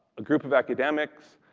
a group of academics,